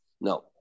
No